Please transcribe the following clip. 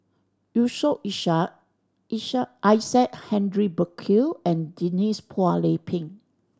Yusof Ishak Isaac Henry Burkill and Denise Phua Lay Peng